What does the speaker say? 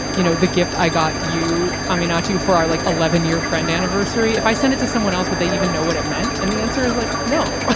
you know, the gift i got you. i mean, not too far, like eleven year friend anniversary. if i send it to someone else, but they even know what it meant. and the answer is like, no.